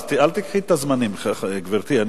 אז אל תיקחי את הזמנים, גברתי.